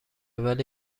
ولی